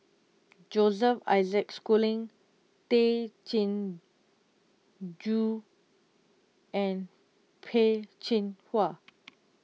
Joseph Isaac Schooling Tay Chin Joo and Peh Chin Hua